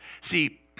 See